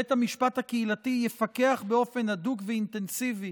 בית המשפט הקהילתי יפקח באופן הדוק ואינטנסיבי